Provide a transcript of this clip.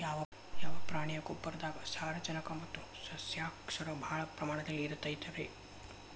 ಯಾವ ಪ್ರಾಣಿಯ ಗೊಬ್ಬರದಾಗ ಸಾರಜನಕ ಮತ್ತ ಸಸ್ಯಕ್ಷಾರ ಭಾಳ ಪ್ರಮಾಣದಲ್ಲಿ ಇರುತೈತರೇ?